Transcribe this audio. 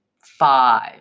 five